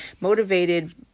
motivated